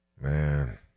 Man